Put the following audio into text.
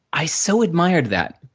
i so admired that.